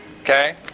Okay